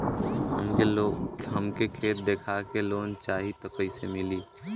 हमके खेत देखा के लोन चाहीत कईसे मिली?